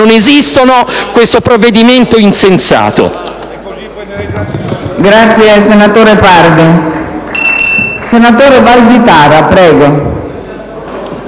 non esistono questo provvedimento insensato.